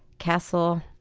castle,